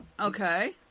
Okay